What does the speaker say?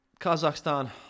Kazakhstan